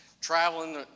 traveling